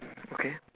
okay